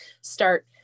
start